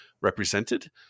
represented